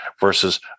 versus